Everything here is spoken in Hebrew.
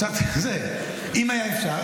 קצת זה אם היה אפשר,